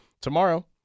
Tomorrow